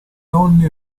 nonni